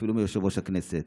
ואפילו מיושב-ראש הכנסת,